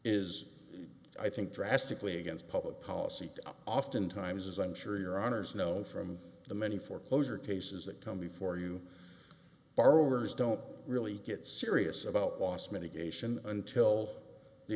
is i think drastically against public policy often times as i'm sure your honour's know from the many foreclosure cases that come before you borrowers don't really get serious about loss mitigation until the